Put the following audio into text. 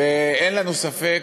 אין לנו ספק,